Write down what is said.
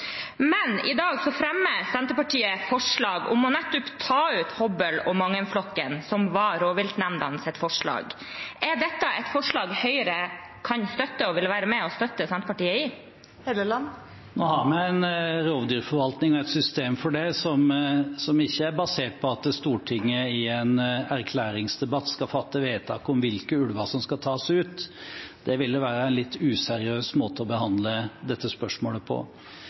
Men i dag fremmer Senterpartiet forslag om nettopp å ta ut Hobøl- og Mangen-flokken, som var rovviltnemndenes forslag. Er dette et forslag Høyre kan støtte og vil være med og støtte Senterpartiet i? Nå har vi en rovdyrforvaltning og et system for det som ikke er basert på at Stortinget i en erklæringsdebatt skal fatte vedtak om hvilke ulver som skal tas ut. Det ville være en litt useriøs måte å behandle dette spørsmålet på.